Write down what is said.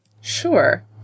Sure